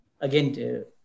again